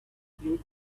blue